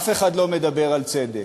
אף אחד לא מדבר על צדק".